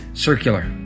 Circular